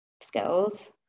skills